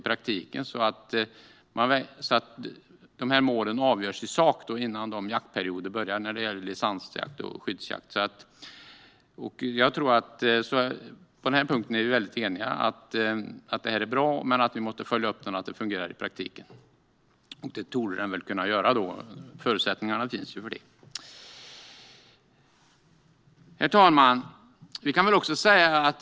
Tanken är att de här målen ska avgöras i sak innan jaktperioden börjar för licensjakt och skyddsjakt. På den här punkten är vi eniga om att detta är bra, men vi måste följa upp det så att det fungerar i praktiken. Det torde det väl också kunna göra - förutsättningarna finns. Herr talman!